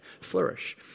flourish